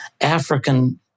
African